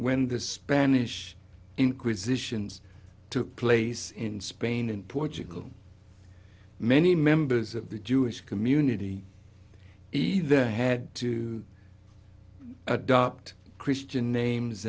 when the spanish inquisition took place in spain and portugal many members of the jewish community either had to adopt christian names